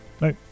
No